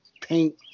paint